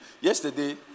Yesterday